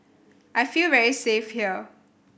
I feel very safe here